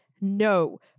No